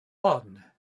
one